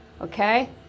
okay